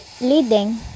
leading